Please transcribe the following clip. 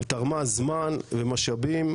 ותרמה זמן ומשאבים,